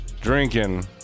Drinking